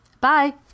Bye